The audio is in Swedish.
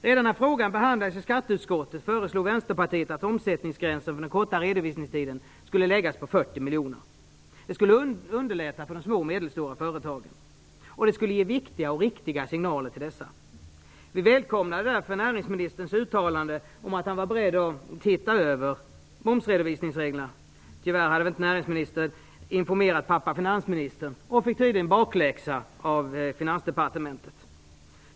Redan när frågan behandlades i skatteutskottet föreslog Det skulle underlätta för de små och medelstora företagen, och det skulle ge viktiga och riktiga signaler till dessa. Vi välkomnade därför näringsministerns uttalande om att han var beredd att titta över momsredovisningsreglerna. Tyvärr hade inte näringsministern informerat pappa finansministern och fick tydligen bakläxa av Finansdepartementet.